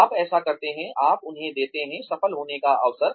आप ऐसा करते हैं आप उन्हें देते हैं सफल होने का अवसर